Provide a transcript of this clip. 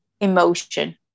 emotion